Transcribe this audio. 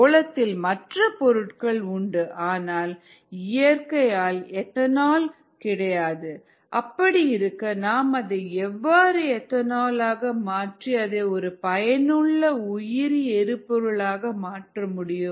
சோளத்தில் மற்ற பொருட்கள் உண்டு ஆனால் இயற்கையாக எத்தனால் கிடையாது அப்படி இருக்க நாம் அதை எவ்வாறு எத்தனால் ஆக மாற்றி அதை ஒரு பயனுள்ள உயிரி எரிபொருள் ஆக மாற்றமுடியும்